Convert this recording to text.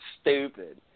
stupid